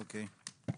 אוקיי.